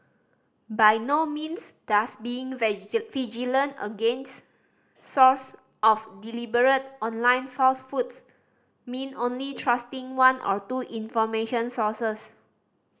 by no means does being vigilant against source of deliberate online falsehoods mean only trusting one or two information sources